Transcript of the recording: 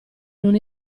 non